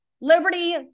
Liberty